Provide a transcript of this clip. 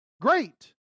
great